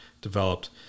developed